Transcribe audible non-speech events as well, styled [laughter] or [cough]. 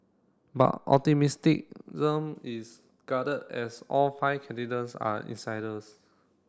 but [unintelligible] is guarded as all five [unintelligible] are insiders